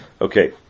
Okay